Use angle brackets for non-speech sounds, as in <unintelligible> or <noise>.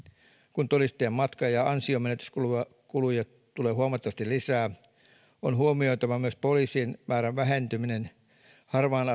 kun todistajan matka ja ja ansionmenetyskuluja tulee huomattavasti lisää on huomioitava myös poliisien määrän vähentyminen harvaan <unintelligible>